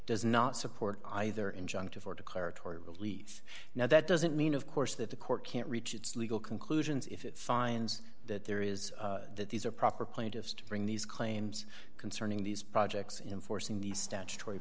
does not support either injunctive or declaratory release now that doesn't mean of course that the court can't reach its legal conclusions if it finds that there is that these are proper plaintiffs to bring these claims concerning these projects in forcing the statutory